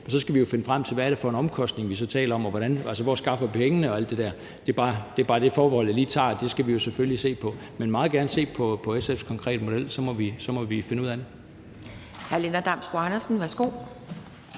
så skal vi jo finde frem til, hvad det er for en omkostning, vi så taler om, og hvor vi skaffer pengene og alt det der. Det er bare det forbehold, jeg lige tager, altså at det skal vi jo selvfølgelig se på. Men vi vil meget gerne se på SF's konkrete model, og så må vi finde ud af det.